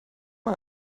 mal